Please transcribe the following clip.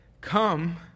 Come